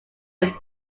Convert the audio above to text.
him